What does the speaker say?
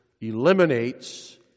eliminates